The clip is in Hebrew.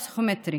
הפסיכומטרי.